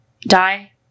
die